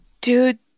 dude